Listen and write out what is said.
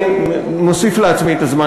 אתה בחרת להתייחס.